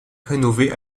rénové